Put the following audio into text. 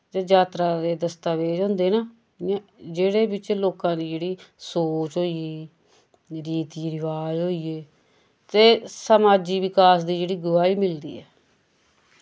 जे जात्तरा दे दस्तावेज होंदे नां इ'यां जेह्ड़े विच लोकां दी जेह्ड़ी सोच होई गेई रिति रिवाज होई गे ते समाजी विकास दी जेह्ड़ी गवाही मिलदी ऐ